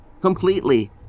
completely